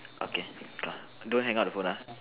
okay uh don't hang up the phone ah